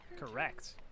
Correct